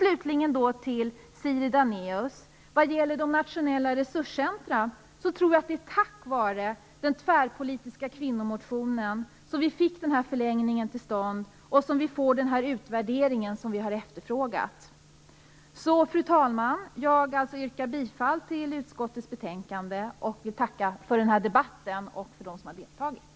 Slutligen vill jag till Siri Dannaeus vad gäller nationella resurscentra säga att det är tack vare den tvärpolitiska kvinnomotionen som vi fick till stånd förlängningen och den utvärdering som vi hade efterfrågat. Fru talman! Jag yrkar bifall till utskottets hemställan. Jag vill också tacka dem som har deltagit i den förda debatten.